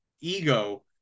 ego